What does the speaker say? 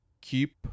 Keep